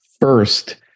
First